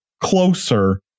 closer